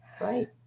Right